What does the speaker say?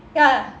ya